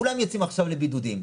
כולם יוצאים עכשיו לבידודים,